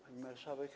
Pani Marszałek!